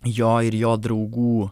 jo ir jo draugų